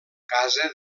casa